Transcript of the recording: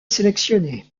sélectionnée